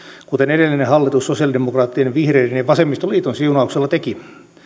kuten edellinen hallitus sosialidemokraattien ja vihreiden ja vasemmistoliiton siunauksella teki